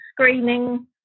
screening